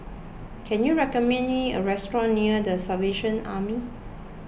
can you recommend me a restaurant near the Salvation Army